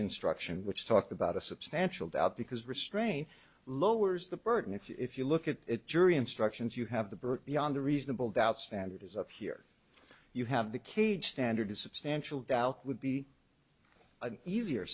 instruction which talked about a substantial doubt because restraint lowers the burden if you look at it jury instructions you have the birth beyond a reasonable doubt standard is up here you have the cage standard substantial doubt would be an easier